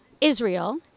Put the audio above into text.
Israel